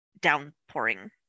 downpouring